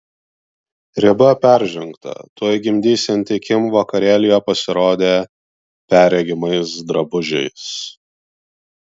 riba peržengta tuoj gimdysianti kim vakarėlyje pasirodė perregimais drabužiais